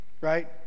right